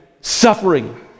suffering